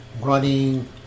running